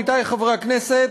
עמיתי חברי הכנסת,